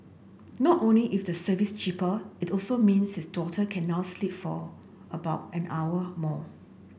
not only is the service cheaper it also means his daughter can now sleep for about an hour more